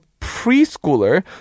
preschooler